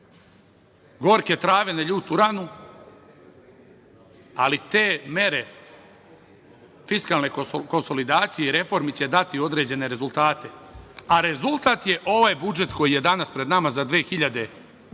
gorke trave na ljutu ranu, ali te mere fiskalne konsolidacije i reformi će dati određene rezultate, a rezultat je ovaj budžet koji je danas pred nama za 2021.